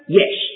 yes